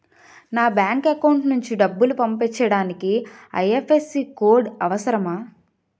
నా bank account నుంచి డబ్బు పంపించడానికి ఐ.ఎఫ్.ఎస్.సి కోడ్ అవసరమా?